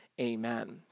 amen